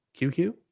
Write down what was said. QQ